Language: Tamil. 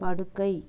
படுக்கை